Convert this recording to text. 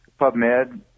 PubMed